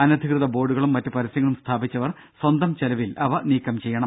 അനധികൃത ബോർഡുകളും മറ്റു പരസ്യങ്ങളും സ്ഥാപിച്ചവർ സ്വന്തം ചെലവിൽ അവ നീക്കം ചെയ്യണം